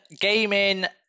gaming